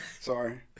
Sorry